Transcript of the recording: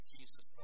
Jesus